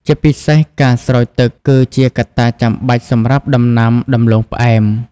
ជាពិសេស ការស្រោចទឹក គឺជាកត្តាចាំបាច់សម្រាប់ដំណាំដំឡូងផ្អែម។